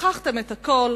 שכחתם את הכול.